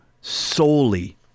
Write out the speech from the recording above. solely